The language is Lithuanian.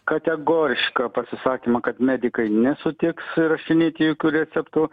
kategorišką pasisakymą kad medikai nesutiks rašinėti jokių receptų